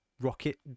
rocket